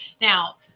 Now